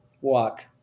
Walk